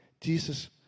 Jesus